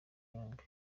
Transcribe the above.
yombi